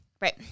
Right